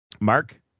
Mark